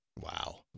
Wow